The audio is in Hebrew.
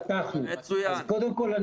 קודם כול,